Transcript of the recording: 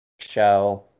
show